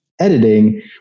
editing